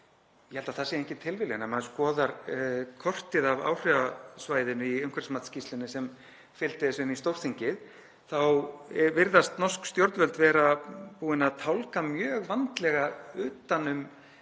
Ég held að það sé engin tilviljun. Ef maður skoðar kortið af áhrifasvæðinu í umhverfismatsskýrslunni sem fylgdi þessu inn í Stórþingið þá virðast norsk stjórnvöld vera búin að tálga mjög vandlega utan um